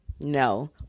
No